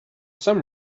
some